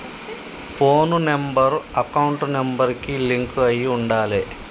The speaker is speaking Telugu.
పోను నెంబర్ అకౌంట్ నెంబర్ కి లింక్ అయ్యి ఉండాలే